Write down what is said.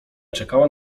czekała